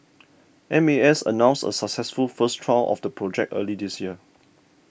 M A S announced a successful first trial of the project early this year